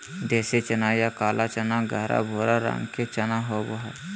देसी चना या काला चना गहरा भूरा रंग के चना होबो हइ